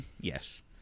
yes